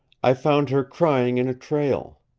i found her crying in a trail.